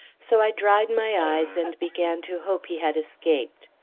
so i dried my eyes and began to hope he had escaped.